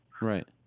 Right